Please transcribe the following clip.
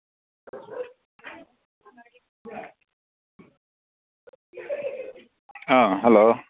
ꯑꯥ hello